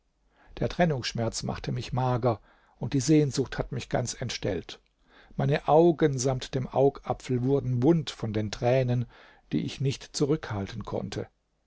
der trennungsschmerz machte mich mager und die sehnsucht hat mich ganz entstellt meine augen samt dem augapfel wurden wund von den tränen die ich nicht zurückhalten konnte